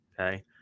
okay